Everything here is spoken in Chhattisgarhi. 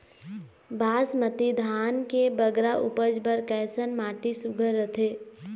बासमती धान के बगरा उपज बर कैसन माटी सुघ्घर रथे?